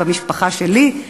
במשפחה שלי,